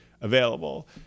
available